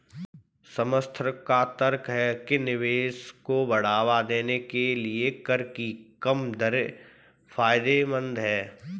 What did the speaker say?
समर्थकों का तर्क है कि निवेश को बढ़ावा देने के लिए कर की कम दरें फायदेमंद हैं